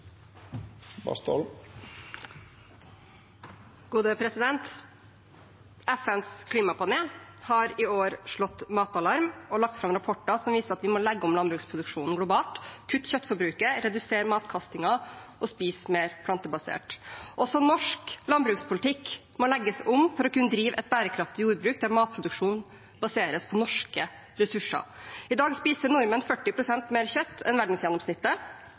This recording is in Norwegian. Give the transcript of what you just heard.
FNs klimapanel har i år slått matalarm og lagt fram rapporter som viser at vi må legge om landbruksproduksjonen globalt, kutte kjøttforbruket, redusere matkastingen og spise mer plantebasert. Også norsk landbrukspolitikk må legges om for å kunne drive et bærekraftig jordbruk der matproduksjonen baseres på norske ressurser. I dag spiser nordmenn 40 pst. mer kjøtt enn verdensgjennomsnittet.